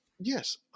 yes